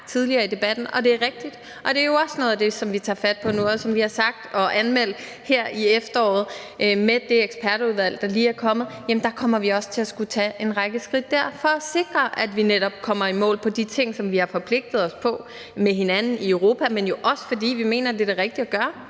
tidligere i debatten, og det er rigtigt, og det er jo også noget af det, som vi tager fat på nu, og som vi har sagt og anmeldt her i efteråret. Med det, ekspertudvalget lige er kommet med, kommer vi også til at skulle tage en række skridt dér for at sikre, at vi netop kommer i mål med de ting, som vi har forpligtet os på med hinanden i Europa. Men det er jo også, fordi vi mener, det er det rigtige at gøre.